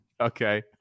Okay